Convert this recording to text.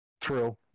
true